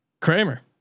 Kramer